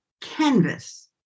canvas